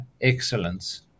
excellence